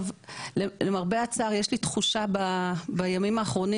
למרבה הצער יש לי תחושה בימים האחרונים